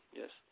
yes